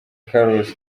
carlos